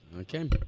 Okay